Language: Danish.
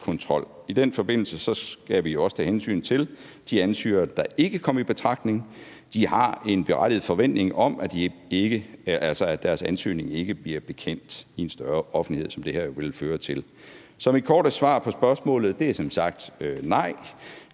I den forbindelse skal vi også tage hensyn til de ansøgere, der ikke kom i betragtning. De har en berettiget forventning om, at deres ansøgning ikke bliver kendt i en større offentlighed, som det her jo vil føre til. Så mit korte svar på spørgsmålet er som sagt: Nej,